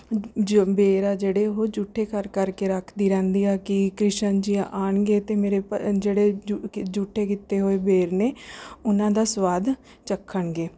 ਹ ਜੋ ਬੇਰ ਆ ਜਿਹੜੇ ਉਹ ਜੂਠੇ ਕਰ ਕਰ ਕੇ ਰੱਖਦੀ ਰਹਿੰਦੀ ਆ ਕਿ ਕ੍ਰਿਸ਼ਨ ਜੀ ਆਉਣਗੇ ਅਤੇ ਮੇਰੇ ਪਰ ਜਿਹੜੇ ਜੂ ਕ ਜੂਠੇ ਕੀਤੇ ਹੋਏ ਬੇਰ ਨੇ ਉਹਨਾਂ ਦਾ ਸਵਾਦ ਚੱਖਣਗੇ